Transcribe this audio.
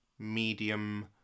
medium